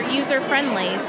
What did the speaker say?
user-friendly